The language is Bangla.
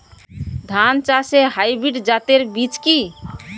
ধান চাষের হাইব্রিড জাতের বীজ কি?